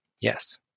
Yes